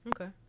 Okay